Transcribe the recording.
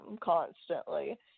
constantly